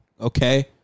okay